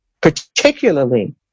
particularly